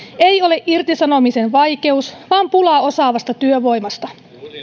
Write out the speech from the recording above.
ei ole irtisanomisen vaikeus vaan pula osaavasta työvoimasta